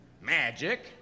Magic